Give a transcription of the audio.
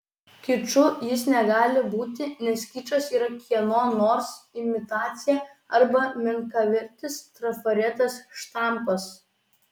kiču jis negali būti nes kičas yra kieno nors imitacija arba menkavertis trafaretas štampas